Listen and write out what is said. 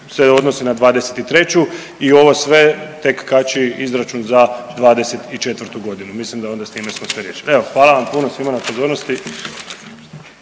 se odnosi na '23. i ovo sve tek kači izračun za '24.g., mislim da onda smo s time sve riješili. Evo hvala vam puno svima na pozornosti.